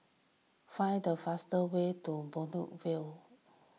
find the fastest way to Buangkok View